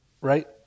right